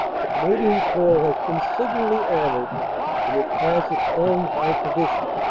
the canadian corps has been signally honored and it has its own high tradition.